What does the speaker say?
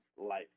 life